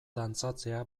dantzatzea